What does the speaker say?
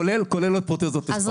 כולל פרוטזות ממוחשבות.